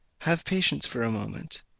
have patience for a moment.